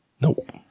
Nope